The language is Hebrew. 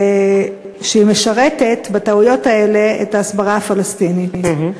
בכך שהיא משרתת בטעויות האלה את ההסברה הפלסטינית.